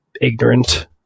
ignorant